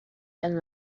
and